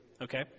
okay